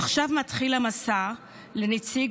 עכשיו מתחיל המסע לנציג.